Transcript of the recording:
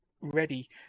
ready